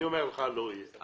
אני אומר לך שלא יהיה,